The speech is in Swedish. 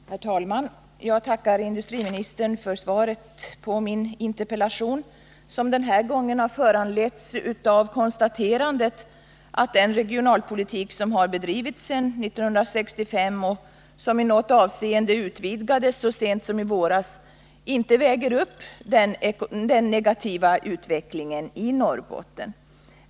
Herr talman! Jag tackar industriministern för svaret. Min interpellation har den här gången främst föranletts av konstaterandet att den regionalpolitik som bedrivits sedan 1965 — och som i något avseende utvidgades så sent som i våras — inte väger upp den negativa utvecklingen i Norrbotten.